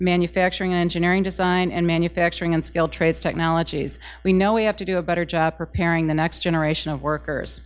manufacturing engineering design and manufacturing and skilled trade technologies we know we have to do a better job preparing the next generation of workers